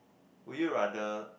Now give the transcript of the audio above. would you rather